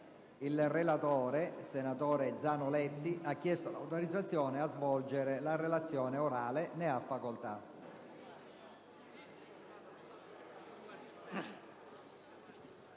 Il relatore, senatore Zanoletti, ha chiesto l'autorizzazione a svolgere la relazione orale. Non facendosi